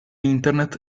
internet